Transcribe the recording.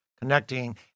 connecting